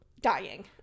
dying